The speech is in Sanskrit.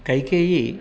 कैकेयी